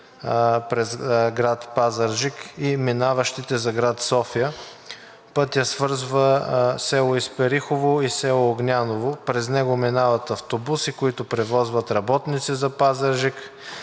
с град Пазарджик и пътуващите за град София. Пътят свързва село Исперихово и Огняново. През него минават автобуси, които превозват работници за Пазарджик,